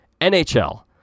NHL